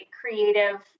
creative